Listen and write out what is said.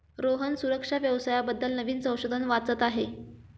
रोहन सुरक्षा व्यवसाया बद्दल नवीन संशोधन वाचत आहे